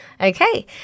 Okay